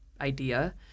idea